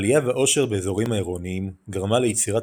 עלייה בעושר באזורים העירוניים גרמה ליצירת